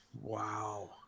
Wow